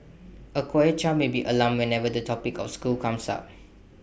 A quiet child may be alarmed whenever the topic of school comes up